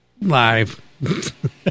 Live